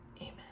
Amen